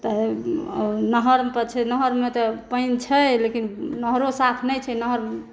तऽ नहर पर छै नहरमे तऽ पानि छै लेकिन नहरो साफ नहि छै नहर